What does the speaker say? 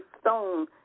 stone